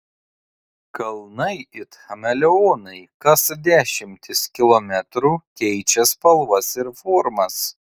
kalnai it chameleonai kas dešimtis kilometrų keičia spalvas ir formas